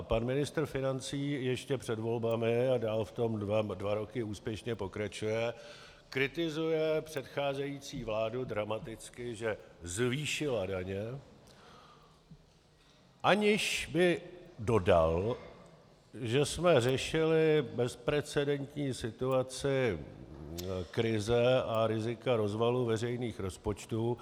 Pan ministr financí ještě před volbami a dál v tom dva roky úspěšně pokračuje, kritizuje předcházející vládu dramaticky, že zvýšila daně, aniž by dodal, že jsme řešili bezprecedentní situaci krize a rizika rozvalu veřejných rozpočtů.